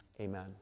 Amen